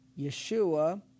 Yeshua